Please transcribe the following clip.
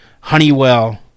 Honeywell